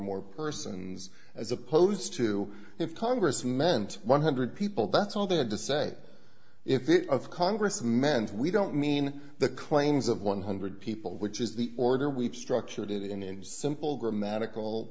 more persons as opposed to if congress meant one hundred people that's all they had to say if it of congress men and we don't mean the claims of one hundred people which is the order we've structured it in in just simple grammatical